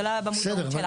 זה לא היה במודעות שלנו,